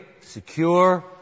secure